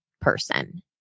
person